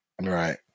Right